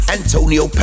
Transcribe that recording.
Antonio